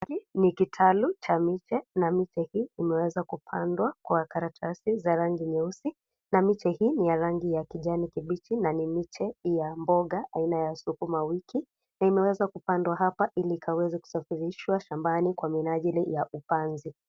Hii ni kitalu cha miche na miche hii imeweza kupandwa kwa karatasi za rangi nyeusi, na miche hii ni ya rangi ya kijani kibichi, na ni miche ya mboga aina ya sukuma wiki na imeweza kupandwa hapa ili ikaweze kusafirishwa shambani kwa minajili ya upanzi.